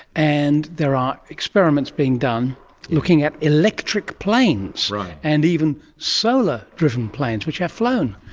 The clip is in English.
and there are experiments being done looking at electric planes and even solar driven planes, which have flown.